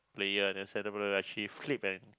player and then center player will actually flip and